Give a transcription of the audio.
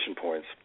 points